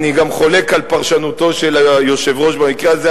אני גם חולק על פרשנותו של היושב-ראש במקרה הזה,